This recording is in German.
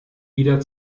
wieder